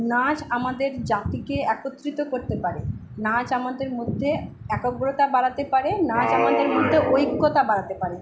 নাচ আমাদের জাতিকে একত্রিত করতে পারে নাচ আমাদের মধ্যে একাগ্রতা বাড়াতে পারে নাচ আমাদের মধ্যে ঐক্যতা বাড়াতে পারে